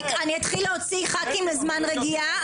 מספיק, אני אתחיל להוציא חברי כנסת לזמן רגיעה.